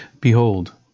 behold